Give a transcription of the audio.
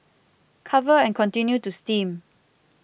cover and continue to steam